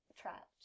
trapped